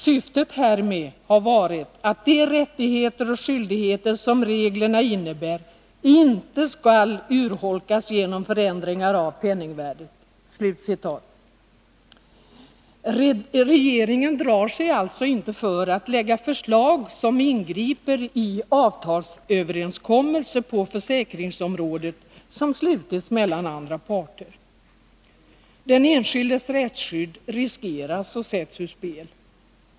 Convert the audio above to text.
Syftet härmed har varit att de rättigheter och skyldigheter som reglerna innebär inte skall urholkas genom förändringar av penningvärdet.” Regeringen drar sig alltså inte för att lägga fram förslag som innebär att man ingriper i de avtalsöverenskommelser på försäkringsområdet som slutits mellan andra parter. Den enskildes rättsskydd riskeras och sätts ur spel.